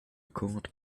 cord